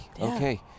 okay